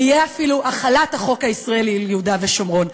תהיה אפילו החלת החוק הישראלי על יהודה ושומרון.